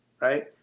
right